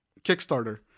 Kickstarter